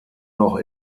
noch